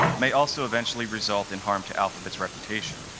may also eventually result in harm to alphabet's reputation.